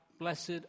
Blessed